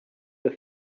the